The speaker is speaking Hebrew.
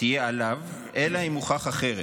היא תהיה עליו אלא אם יוכח אחרת.